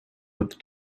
with